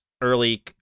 early